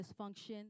dysfunction